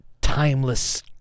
timeless